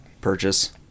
purchase